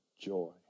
joy